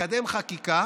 חקיקה